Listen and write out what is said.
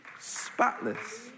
spotless